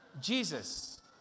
Jesus